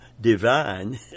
divine